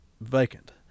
vacant